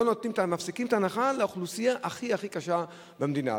מפסיקים את ההנחה לאוכלוסייה הכי הכי קשה במדינה?